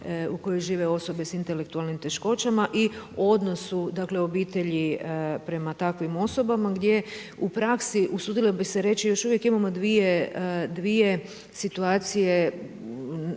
u kojoj žive osobe sa intelektualnim teškoćama i odnosu, dakle obitelji prema takvim osobama gdje u praksi usudila bih se reći još uvijek imamo dvije situacije